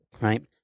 right